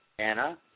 Anna